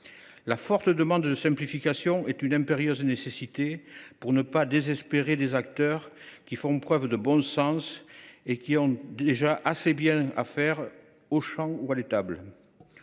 La forte demande de simplification répond à une impérieuse nécessité pour ne pas désespérer des acteurs qui font preuve de bon sens et qui ont déjà bien assez à faire, au champ ou à l’étable.